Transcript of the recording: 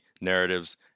narratives